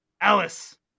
Alice